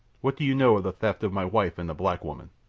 what do you know of the theft of my wife and the black woman?